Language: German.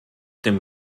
dem